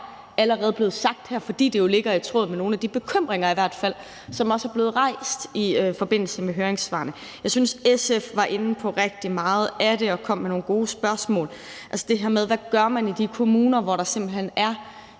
allerede blevet nævnt her, fordi det jo i hvert fald ligger i tråd med nogle af de bekymringer, som er blevet rejst i forbindelse med høringssvarene. Jeg synes, SF var inde på rigtig meget af det og kom med nogle gode spørgsmål. Der er det her med, hvad man gør i de kommuner, hvor der simpelt hen er